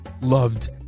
loved